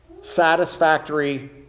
satisfactory